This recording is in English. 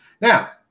Now